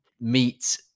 meet